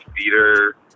theater